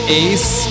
ace